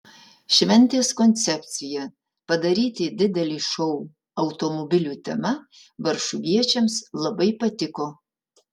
šventės koncepcija padaryti didelį šou automobilių tema varšuviečiams labai patiko